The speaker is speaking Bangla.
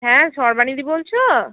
হ্যাঁ সর্বাণীদি বলছ